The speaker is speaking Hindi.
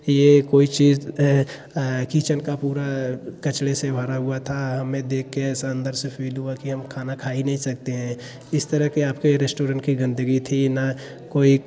यह कोई चीज़ है किचन का पूरा कचरे से भरा हुआ था हमें देखकर ऐसा अंदर से फील हुआ कि हम खाना खा ही नहीं सकते हैं इस तरह के आपके रेस्टोरेंट की गंदगी थी न कोई